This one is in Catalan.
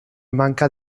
manca